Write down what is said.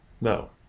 No